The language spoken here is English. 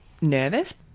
Nervous